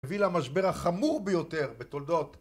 הביא למשבר החמור ביותר בתולדות